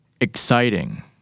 Exciting